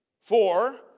Four